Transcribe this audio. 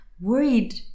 worried